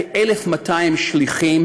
כ-1,200 שליחים